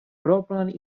propran